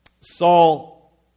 Saul